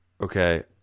Okay